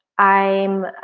i'm,